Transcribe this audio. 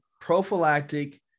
prophylactic